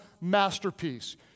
masterpiece